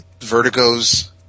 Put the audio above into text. Vertigo's